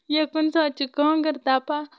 یا کُنہِ ساتہٕ چھِ کانگٕر تپان